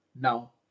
now